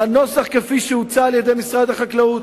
לנוסח כפי שהוצע על-ידי משרד החקלאות.